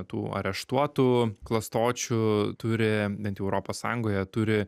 tų areštuotų klastočių turi bent jau europos sąjungoje turi